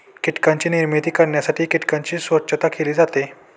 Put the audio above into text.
कीटकांची निर्मिती करण्यासाठी कीटकांची स्वच्छता केली जाते